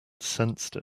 sensed